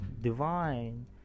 divine